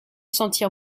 sentir